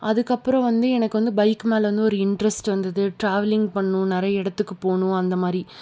அதுக்கப்புறம் வந்து எனக்கு வந்து பைக் மேலே வந்து ஒரு இன்ட்ரஸ்ட் வந்தது டிராவலிங் பண்ணும் நிறையா இடத்துக்கு போகணும் அந்த மாதிரி